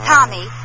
Tommy